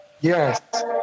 Yes